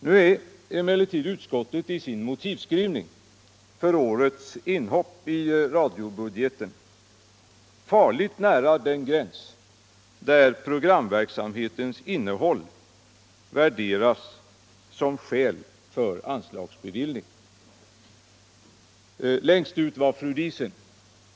Nu är emellertid utskottet i sin motivering för årets inhopp i radiobudgeten farligt nära den gräns där programverksamhetens innehåll värderas som skäl för anslagsbevillning. Längst gick fru Diesen.